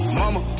mama